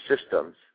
systems